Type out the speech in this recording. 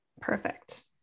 Perfect